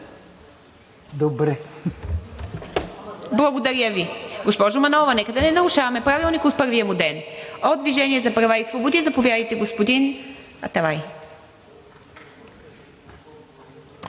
МИТЕВА: Благодаря Ви. Госпожо Манолова, нека да не нарушаваме Правилника от първия му ден. От „Движение за права и свободи“? Заповядайте, господин Аталай.